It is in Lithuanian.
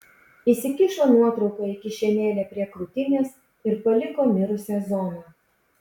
įsikišo nuotrauką į kišenėlę prie krūtinės ir paliko mirusią zoną